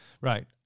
Right